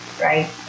right